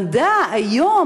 המדע היום,